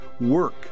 work